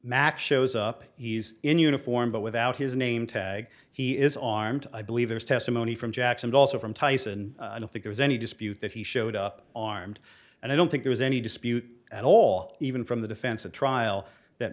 mack shows up he's in uniform but without his name tag he is on armed i believe there's testimony from jackson also from tyson i don't think there's any dispute that he showed up armed and i don't think there's any dispute at all even from the defense at trial that